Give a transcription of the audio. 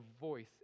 voice